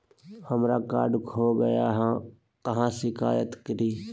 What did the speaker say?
हमरा कार्ड खो गई है, कहाँ शिकायत करी?